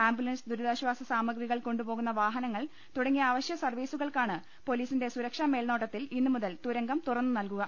Ambu ലൻസ് ദുരിതാശ്ചാസ സാമഗ്രികൾ കൊണ്ടുപോകുന്ന വാഹനങ്ങൾ തുടങ്ങിയ അവശ്യ സർവ്വീസുകൾക്കാണ് പൊലീസിന്റെ സുരക്ഷാ മേൽനോട്ടത്തിൽ ഇന്നു മുതൽ തുരങ്കം തുറന്നു നൽകുക